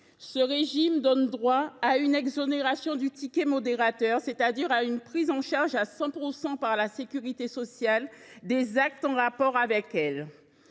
Ce régime donne droit à une exonération du ticket modérateur, c’est à dire à une prise en charge à 100 % par la sécurité sociale des actes en rapport avec